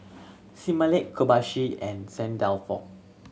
Similac Kobayashi and Saint Dalfour